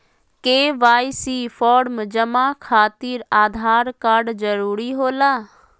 KYC form जमा खातिर Aadhaar card जरूरी होला?